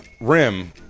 rim